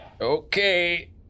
Okay